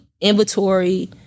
inventory